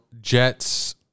jets